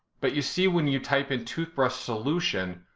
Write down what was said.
but you see when you type in toothbrush solution,